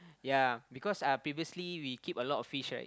ya because uh previously we keep a lot of fish right